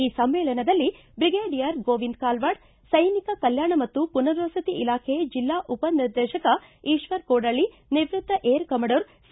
ಈ ಸಮ್ನೇಳನದಲ್ಲಿ ಬ್ರಿಗೇಡಿಯರ್ ಗೋವಿಂದ ಕಾಲವಾಡ ಸೈನಿಕ ಕಲ್ಲಾಣ ಮತ್ತು ಪುನರ್ವಸತಿ ಇಲಾಖೆ ಜಿಲ್ಲಾ ಉಪ ನಿರ್ದೇಶಕ ಈಶ್ವರ ಕೋಡಳ್ಳಿ ನಿವೃತ್ತ ಏರ ಕಮಡೋರ ಸಿ